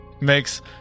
Makes